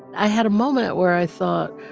i had a moment where i thought,